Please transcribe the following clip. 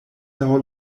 laŭ